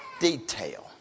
detail